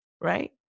right